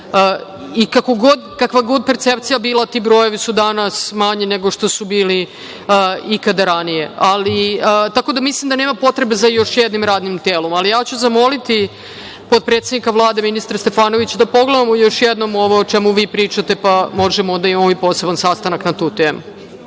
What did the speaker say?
Kakva god percepcija bila, ti brojevi su danas manji nego što su bili ikada ranije, tako da mislim da nema potrebe za još jednim radnim telom. Ali, ja ću zamoliti potpredsednika Vlade, ministra Stefanovića da pogledamo još jednom ovo o čemu vi pričate, pa možemo da imamo i poseban sastanak na tu temu.